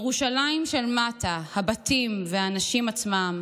ירושלים של מטה, הבתים והאנשים עצמם,